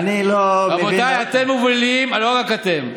אני לא מבין, רבותיי, אתם מובילים, לא רק אתם,